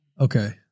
Okay